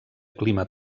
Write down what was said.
clima